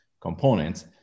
components